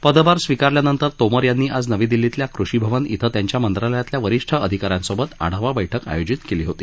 पदभार स्वीकारल्यानंतर तोमर यांनी आज नवी दिल्लीतील कृषि भवन इथं त्यांच्या मंत्रालयातील वरिष्ठ अधिकाऱ्यांसोबत आढावा बैठक आयोजित केली होती